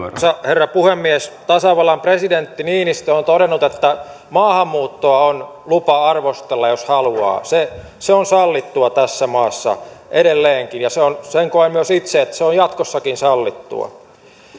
arvoisa herra puhemies tasavallan presidentti niinistö on todennut että maahanmuuttoa on lupa arvostella jos haluaa se se on sallittua tässä maassa edelleenkin ja koen myös itse että se on jatkossakin sallittua